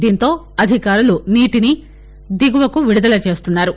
దీంతో అధికారులు నీటిని దిగువకు విదుదల చేస్తున్నారు